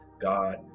God